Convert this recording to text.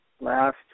last